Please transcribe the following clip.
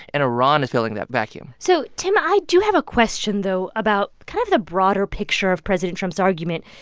and iran is filling that vacuum so tim, i do have a question, though, about kind of the broader picture of president trump's argument,